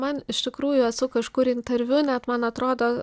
man iš tikrųjų esu kažkur interviu net man atrodo